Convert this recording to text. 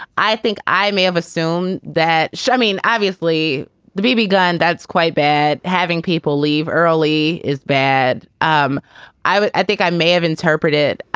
i think i may have assumed that shemin, obviously the b b. gun, that's quite bad. having people leave early is bad. um i but i think i may have interpreted